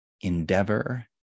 endeavor